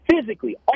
physically